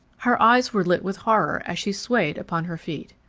her eyes were lit with horror as she swayed upon her feet.